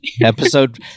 Episode